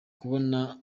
kubona